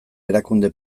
erakunde